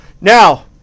Now